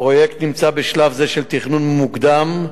הפרויקט נמצא בשלב של תכנון מוקדם,